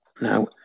Now